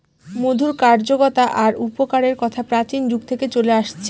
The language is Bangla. মধুর কার্যকতা আর উপকারের কথা প্রাচীন যুগ থেকে চলে আসছে